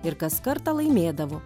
ir kas kartą laimėdavo